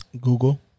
Google